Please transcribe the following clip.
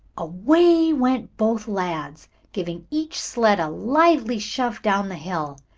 away went both lads, giving each sled a lively shove down the hill.